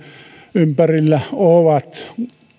ympärillä ovat